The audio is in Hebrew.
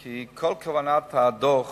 כי כל כוונת הדוח